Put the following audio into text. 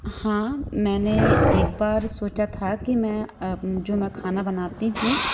हाँ मैंने एक बार सोचा था कि मैं जो मैं खाना बनाती हूँ